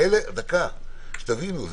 שתבינו,